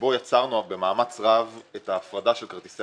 שבו יצרנו במאמץ רב את ההפרדה של כרטיסי